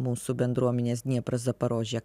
mūsų bendruomenės dniepras zaporožė